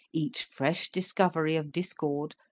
each fresh discovery of discord,